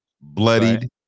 bloodied